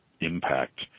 impact